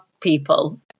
people